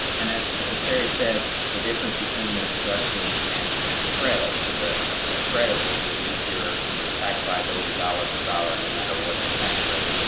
and as as terri said, the difference between this deduction and and a credit so ah a credit will reduce your tax liability dollar for dollar, no matter what your tax rate.